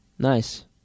Nice